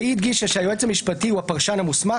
היא הדגישה שהיועץ המשפטי הוא הפרשן המוסמך